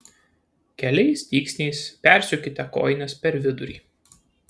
keliais dygsniais persiūkite kojines per vidurį